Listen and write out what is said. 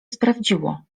sprawdziło